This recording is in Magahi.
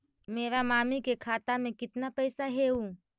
मेरा मामी के खाता में कितना पैसा हेउ?